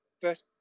first